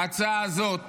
ההצעה הזאת